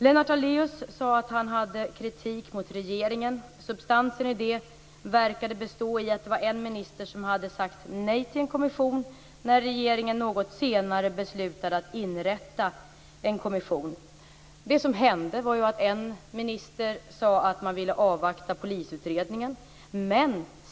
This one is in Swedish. Lennart Daléus sade att han hade kritik mot regeringen. Substansen i denna verkade bestå i att en minister hade sagt nej till en kommission och att regeringen något senare beslutade att inrätta en kommission. Det som hände var att en minister sade att man ville avvakta polisutredningen.